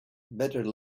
better